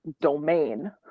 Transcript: domain